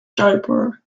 jaipur